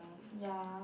ya